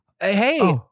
Hey